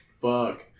fuck